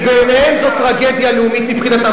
כי בעיניהם זו טרגדיה לאומית מבחינתם.